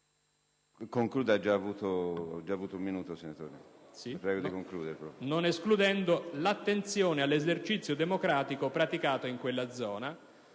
non escludendo attenzione all'esercizio democratico praticato in quella zona.